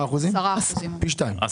10%. פי שניים.